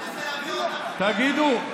תגידו,